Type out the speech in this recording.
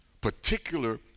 Particular